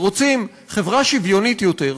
רוצים חברה שוויונית יותר,